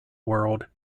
world